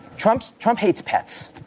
trump's trump hates pets.